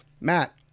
Matt